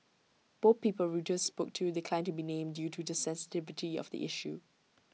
both people Reuters spoke to declined to be named due to the sensitivity of the issue